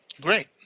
Great